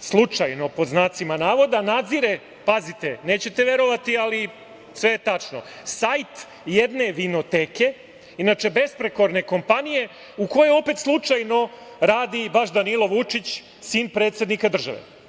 slučajno, pod znacima navoda, nadzire, pazite, nećete verovati ali sve je tačno, sajt jedne vinoteke, inače besprekorne kompanije, u kojoj opet slučajno radi baš Danilo Vučić, sin predsednika države.